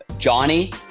Johnny